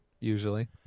Usually